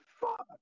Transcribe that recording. fuck